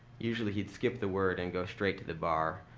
usually, he'd skip the word and go straight to the bar,